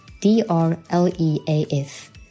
D-R-L-E-A-F